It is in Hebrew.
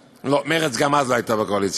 לא, מרצ גם אז לא הייתה בקואליציה,